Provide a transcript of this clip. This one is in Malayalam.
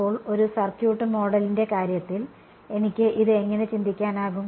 അപ്പോൾ ഒരു സർക്യൂട്ട് മോഡലിന്റെ കാര്യത്തിൽ എനിക്ക് ഇത് എങ്ങനെ ചിന്തിക്കാനാകും